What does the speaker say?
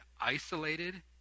isolated